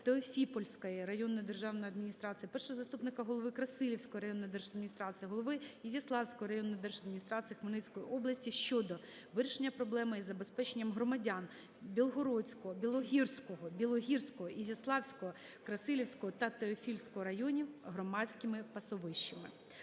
Теофіпольської районної державної адміністрації, першого заступнику голови Красилівської районної держадміністрації, голови Ізяславської районної держадміністрації Хмельницької області щодо вирішення проблеми із забезпеченням громад Білогірського, Ізяславського, Красилівського та Теофіпольського районів громадськими пасовищами.